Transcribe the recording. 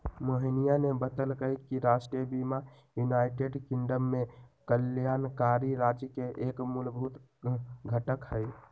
मोहिनीया ने बतल कई कि राष्ट्रीय बीमा यूनाइटेड किंगडम में कल्याणकारी राज्य के एक मूलभूत घटक हई